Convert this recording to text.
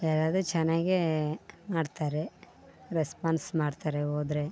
ಎಲ್ಲಾದು ಚೆನ್ನಾಗೆ ಮಾಡ್ತಾರೆ ರೆಸ್ಪಾನ್ಸ್ ಮಾಡ್ತಾರೆ ಹೋದ್ರೆ